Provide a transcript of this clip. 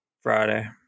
Friday